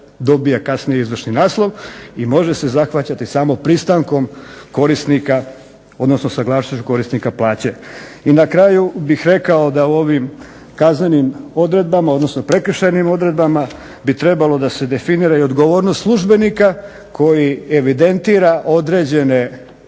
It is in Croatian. dobija kasnije izvršni naslov i može se zahvaćati samo pristankom korisnika, odnosno saglasnošću korisnika plaće. I na kraju bih rekao da u ovim kaznenim odredbama, odnosno prekršajnim odredbama bi trebalo da se definira i odgovornost službenika koji evidentira određene